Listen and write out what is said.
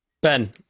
Ben